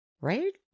right